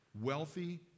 wealthy